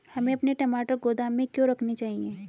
हमें अपने टमाटर गोदाम में क्यों रखने चाहिए?